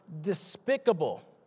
despicable